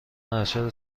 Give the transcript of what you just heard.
ارشد